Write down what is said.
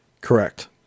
Correct